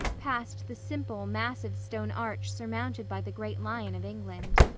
past the simple, massive, stone arch surmounted by the great lion of england.